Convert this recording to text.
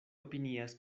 opinias